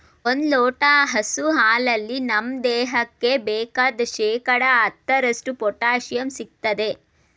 ಒಂದ್ ಲೋಟ ಹಸು ಹಾಲಲ್ಲಿ ನಮ್ ದೇಹಕ್ಕೆ ಬೇಕಾದ್ ಶೇಕಡಾ ಹತ್ತರಷ್ಟು ಪೊಟ್ಯಾಶಿಯಂ ಸಿಗ್ತದೆ